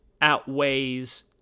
outweighs